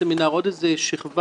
למה אני אומר שיש שינוי?